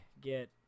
get –